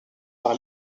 par